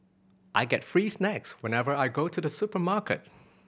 I get free snacks whenever I go to the supermarket